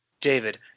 David